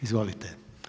Izvolite.